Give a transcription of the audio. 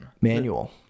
Manual